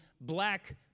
black